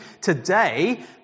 today